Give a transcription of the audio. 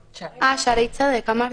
בשערי צדק, אמרתי.